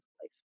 place